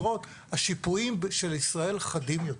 השיפועים של ישראל חדים יותר.